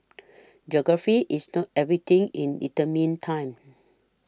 geography is not everything in determining time